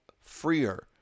freer